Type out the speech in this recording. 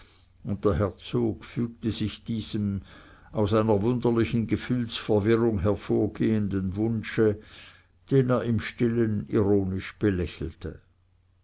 der herzog fügte sich diesem aus einer wunderlichen gefühlsverwirrung hervorgehenden wunsche den er im stillen ironisch belächelte